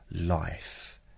life